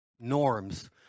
norms